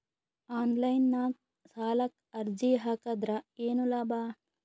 Online ನಾಗ್ ಸಾಲಕ್ ಅರ್ಜಿ ಹಾಕದ್ರ ಏನು ಲಾಭ?